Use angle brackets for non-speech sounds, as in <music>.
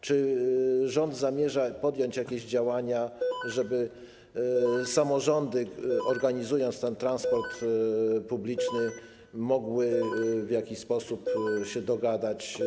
Czy rząd zamierza podjąć jakieś działania, żeby samorządy, <noise> organizując transport publiczny, mogły w jakiś sposób się dogadać?